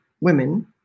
women